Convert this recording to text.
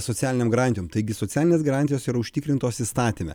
socialinėm garantijom taigi socialinės garantijos yra užtikrintos įstatyme